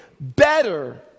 better